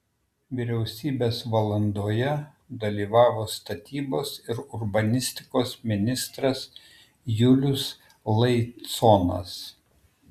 vyriausybės valandoje dalyvavo statybos ir urbanistikos ministras julius laiconas